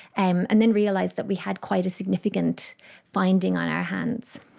and and then realised that we had quite a significant finding on our hands.